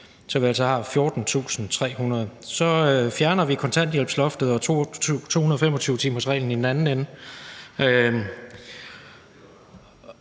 så vi altså har 14.300. Så fjerner vi kontanthjælpsloftet og 225-timersreglen i den anden ende,